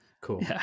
cool